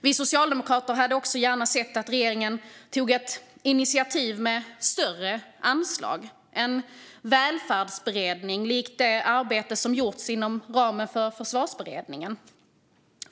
Vi socialdemokrater hade också gärna sett att regeringen tog ett initiativ med större anslag - en välfärdsberedning likt det arbete som gjorts inom ramen för Försvarsberedningen.